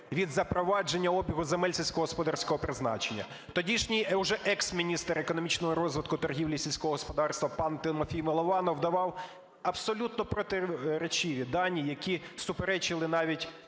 від запровадження обігу земель сільськогосподарського призначення. Тодішній уже екс-міністр економічного розвитку, торгівлі і сільського господарства пан Тимофій Милованов давав абсолютно протирічиві дані, які суперечили навіть